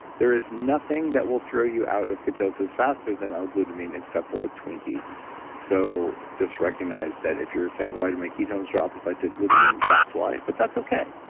there is nothing that will throw you out of ketosis faster than l-glutamine, except for a twinkie so just recognize that if you're saying, why did my ketones drop if i took glutamine, that's why, but that's okay.